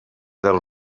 del